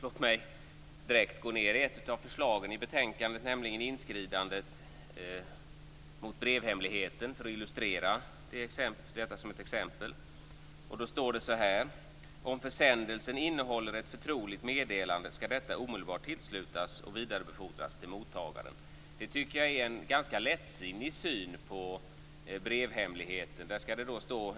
Låt mig direkt ta upp ett av förslagen i betänkandet, nämligen inskridandet mot brevhemligheten. Det står så här i betänkandet: Om försändelsen innehåller ett förtroligt meddelande skall detta omedelbart tillslutas och vidarebefordras till mottagaren. Det tycker jag är en ganska lättsinnig syn på brevhemligheter.